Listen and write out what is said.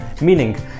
meaning